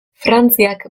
frantziak